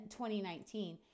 2019